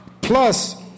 Plus